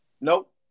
Nope